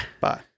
Bye